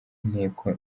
inteko